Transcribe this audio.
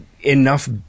enough